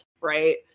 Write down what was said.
right